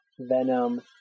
Venom